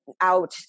out